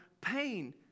pain